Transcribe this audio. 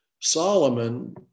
Solomon